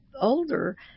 older